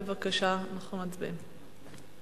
בבקשה, אנחנו מצביעים.